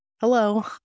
Hello